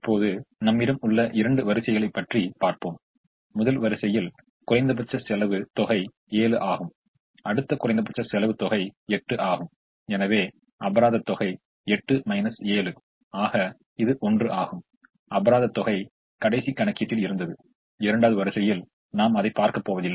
இப்போது இதன் நிகர லாபம் 4 இது இங்கிருந்து வருகிறது 3 இது இங்கிருந்து வருகிறது 5 இது இங்கிருந்து வருகிறது மேலும் 1 வருவதற்காண காரணம் இந்த 5 6 ஆகும் 7 இது இங்கிருந்து வருகிறது அதுபோல் 8 இது இங்கிருந்து வருகிறது